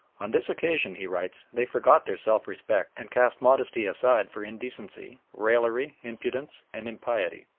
on this occasion, he writes, they forgot their self-respect and cast modesty aside for indecency, raillery, impudence, and impiety.